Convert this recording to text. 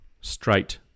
straight